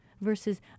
versus